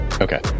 okay